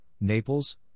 Naples